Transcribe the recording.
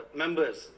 members